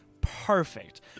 Perfect